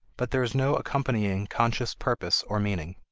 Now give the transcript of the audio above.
but there is no accompanying conscious purpose or meaning.